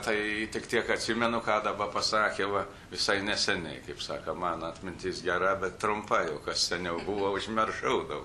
tai tik tiek atsimenu ką dabar pasakė va visai neseniai kaip sako mano atmintis gera bet trumpa jau seniau buvo užmiršau daug